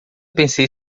pensei